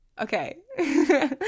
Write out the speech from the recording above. Okay